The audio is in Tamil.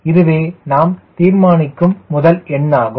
இதுவே நாம் தீர்மானிக்கும் முதல் எண்ணாகும்